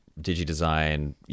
DigiDesign